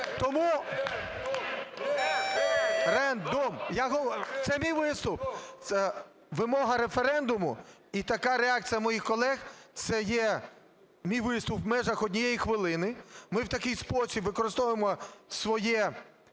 Тому… Це мій виступ. Вимога референдуму і така реакція моїх колег це є мій виступ в межах однієї хвилини. Ми в такий спосіб використовуємо своє